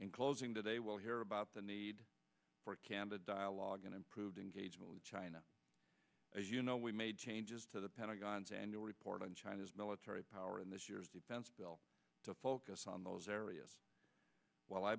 in closing today well hear about the need for candid dialogue and improved engagement with china as you know we made changes to the pentagon's annual report on china's military power in this year's defense bill to focus on those areas while i